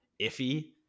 iffy